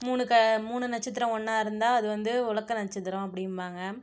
மூணு க மூணு நட்சத்திரம் ஒன்றா இருந்தால் அது வந்து உலக்க நட்சத்திரம் அப்படிம்பாங்க